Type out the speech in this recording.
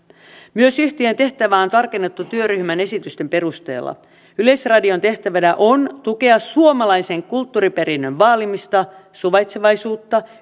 myös yhtiön tehtävää on tarkennettu työryhmän esitysten perusteella yleisradion tehtävänä on tukea suomalaisen kulttuuriperinnön vaalimista suvaitsevaisuutta